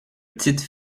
petites